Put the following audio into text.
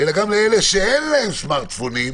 אלא גם אלה שאין להם סמרטפונים,